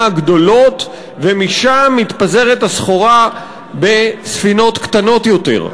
גדולות ומשם מתפזרת הסחורה בספינות קטנות יותר.